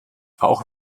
auch